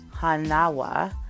Hanawa